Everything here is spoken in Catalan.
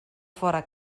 fora